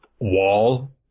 Wall